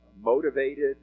motivated